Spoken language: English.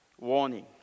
warning